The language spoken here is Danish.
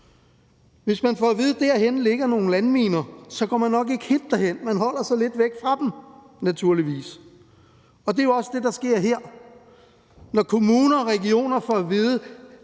Hvis man får at vide, at der herhenne ligger nogle landminer, så går man nok ikke helt derhen, men man holder sig naturligvis lidt væk fra dem, og det er jo også det, der sker her. Når kommuner og regioner får at vide,